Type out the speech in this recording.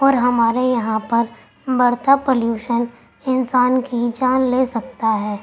اور ہمارے یہاں پر بڑھتا پالوشن انسان کی جان لے سکتا ہے